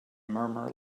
murmur